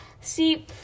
See